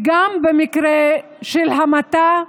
גם במקרה של המתה,